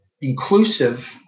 inclusive